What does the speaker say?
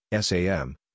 SAM